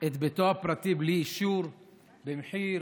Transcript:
את ביתו הפרטי בלי אישור במחיר